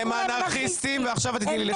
הם אנרכיסטים ועכשיו תני לי לסיים.